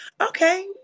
okay